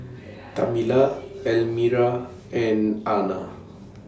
Tamela Elmyra and Ana